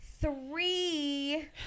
three